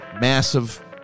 massive